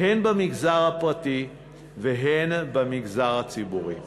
הן במגזר הפרטי והן במגזר הציבורי.